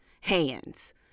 hands